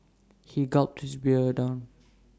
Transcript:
he gulped down his beer